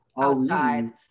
outside